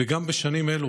ובשנים אלו,